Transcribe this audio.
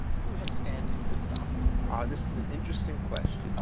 who has standing to stop him? ah this is an interesting question.